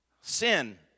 Sin